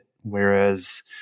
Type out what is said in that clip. Whereas